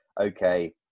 okay